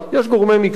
יש גורמי מקצוע,